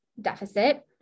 deficit